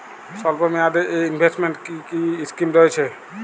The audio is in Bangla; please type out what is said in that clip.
স্বল্পমেয়াদে এ ইনভেস্টমেন্ট কি কী স্কীম রয়েছে?